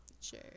Sure